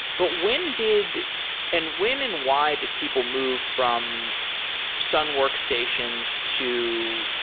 but when did and when and why did people move from sun workstations to,